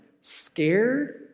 scared